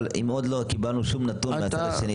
אבל אם עוד לא קיבלנו שום נתון מהצד השני,